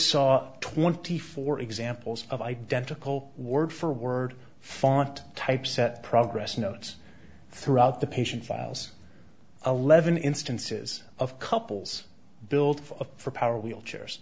saw twenty four examples of identical word for word font typeset progress notes throughout the patient files eleven instances of couples built of for power wheelchairs